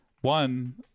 One